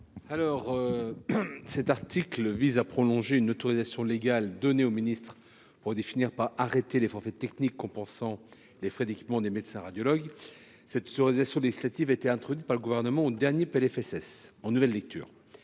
Cet article vise à prolonger une autorisation légale donnée aux ministres pour définir par arrêté les forfaits techniques compensant les frais d’équipement des médecins radiologues. Cette autorisation législative avait été introduite par le Gouvernement dans le dernier PLFSS, en nouvelle lecture,